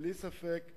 בלי ספק,